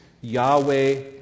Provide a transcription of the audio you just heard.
Yahweh